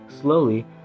Slowly